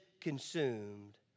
consumed